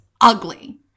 ugly